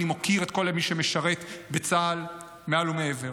אני מוקיר את כל מי שמשרת בצה"ל מעל ומעבר.